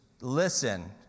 Listen